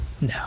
no